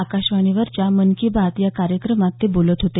आकाशवाणीवरच्या मन की बात या कार्यक्रमात ते बोलत होते